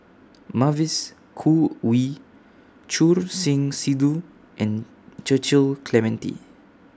Mavis Khoo Oei Choor Singh Sidhu and Clementi